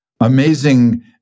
amazing